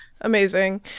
Amazing